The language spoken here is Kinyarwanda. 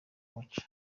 baca